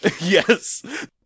Yes